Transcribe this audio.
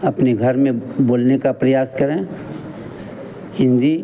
अपने घर में बोलने का प्रयास करें हिन्दी